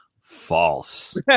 false